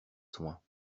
soins